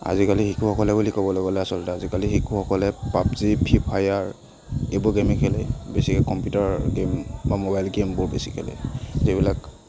আজিকালিৰ শিশুসকলে বুলি ক'বলৈ গ'লে আচলতে আজিকালিৰ শিশুসকলে পাপজি ফ্ৰী ফায়াৰ এইবোৰ গেমেই খেলে বেছিকৈ কম্পিউটাৰ গেম বা মোবাইল গেমবোৰ বেছি খেলে যিবিলাক